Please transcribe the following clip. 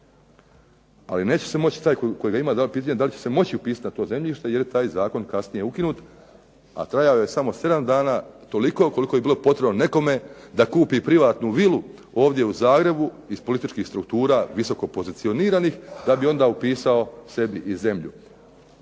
Ali neće se moći taj koji ga ima, pitanje da li će se moći upisati na to zemljište, jer je taj zakon kasnije ukinut a trajao je samo 7 dana, toliko koliko je bilo potrebno nekome da kupi privatnu vilu ovdje u Zagrebu, iz političkih struktura visoko pozicioniranih, da bi onda upisao sebi i zemlju.